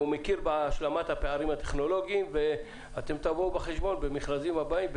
שהוא מכיר בהשלמת הפערים הטכנולוגים ואתם תבואו בחשבון במכרזים הבאים,